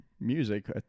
music